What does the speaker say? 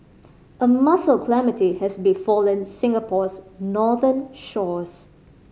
a mussel calamity has befallen Singapore's northern shores